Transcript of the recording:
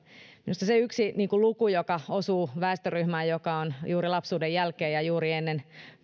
yksi luku osuu väestöryhmään joka on juuri lapsuuden jälkeen ja juuri ennen